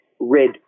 red